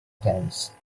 dance